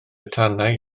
tanau